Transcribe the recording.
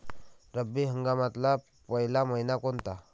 रब्बी हंगामातला पयला मइना कोनता?